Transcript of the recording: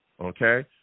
okay